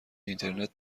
اینترنت